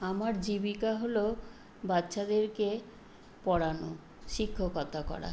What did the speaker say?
আমার জীবিকা হলো বাচ্চাদেরকে পড়ানো শিক্ষকতা করা